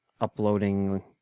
uploading